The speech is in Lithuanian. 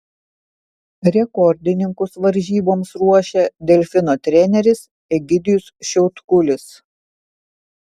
rekordininkus varžyboms ruošia delfino treneris egidijus šiautkulis